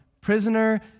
prisoner